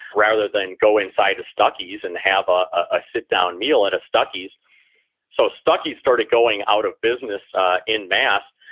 rather than go inside to stuckey's and have ah a sit down meal at a stuckey's so stuckey's started going out of business in mass,